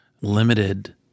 limited